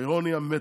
האירוניה מתה.